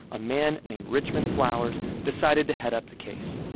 a man named richmond flowers, decided to head up the case.